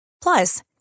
Plus